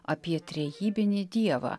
apie trejybinį dievą